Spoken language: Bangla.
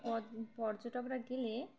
পর পর্যটকরা গেলে